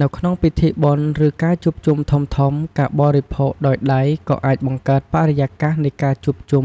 នៅក្នុងពិធីបុណ្យ ឬការជួបជុំធំៗ ការបរិភោគដោយដៃក៏អាចបង្កើតបរិយាកាសនៃការជួបជុំ